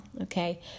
okay